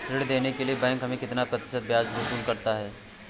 ऋण देने के लिए बैंक हमसे कितना प्रतिशत ब्याज वसूल करता है?